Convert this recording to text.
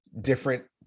different